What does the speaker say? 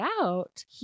out